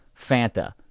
Fanta